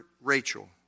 Rachel